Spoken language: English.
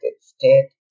state